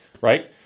Right